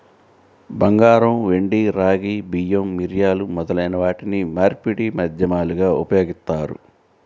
బంగారం, వెండి, రాగి, బియ్యం, మిరియాలు మొదలైన వాటిని మార్పిడి మాధ్యమాలుగా ఉపయోగిత్తారు